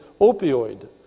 opioid